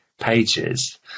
pages